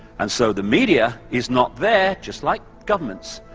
and so, the media is not there, just like governments,